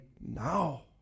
now